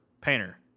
Painter